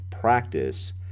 practice